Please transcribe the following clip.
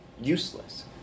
Useless